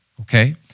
okay